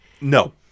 No